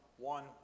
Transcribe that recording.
one